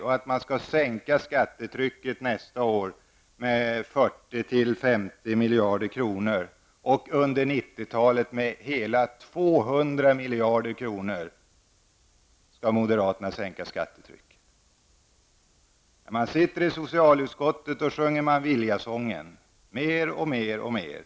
Moderaterna vill sänka skattetrycket nästa år med 40 à 50 miljarder och under resten av 1990-talet med hela 200 miljarder. I socialutskottet sjunger man Viljasången: Mer och mer och mer!